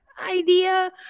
idea